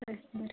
अच्छा